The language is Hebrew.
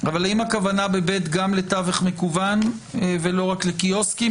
אבל האם הכוונה ב-ב גם לתווך מקוון ולא רק לקיוסקים?